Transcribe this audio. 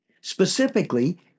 Specifically